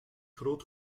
groot